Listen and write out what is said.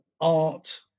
Art